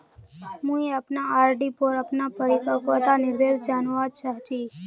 मुई अपना आर.डी पोर अपना परिपक्वता निर्देश जानवा चहची